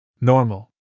Normal